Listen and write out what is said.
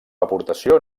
aportació